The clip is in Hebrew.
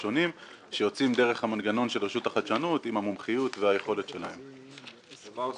את תקפת את המנכ"ל שלו, אז תהיה בעיה.